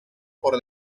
por